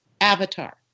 Avatar